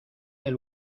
del